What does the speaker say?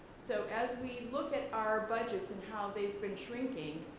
so as we look at our budgets and how they've been shrinking,